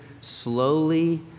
slowly